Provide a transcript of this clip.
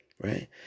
right